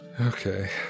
Okay